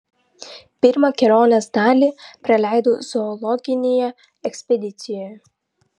pirmą kelionės dalį praleidau zoologinėje ekspedicijoje